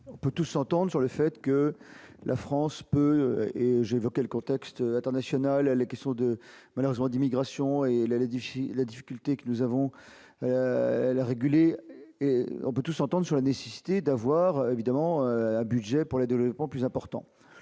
On peut tous s'entendent sur le fait que la France peut et j'évoquais le contexte international, à la question de malheureusement d'immigration et elle avait dit ici la difficulté que nous avons la réguler, et on peut tous s'entendent sur la nécessité d'avoir évidemment un budget pour les développements plus important,